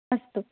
अस्तु